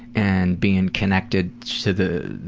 and being connected to the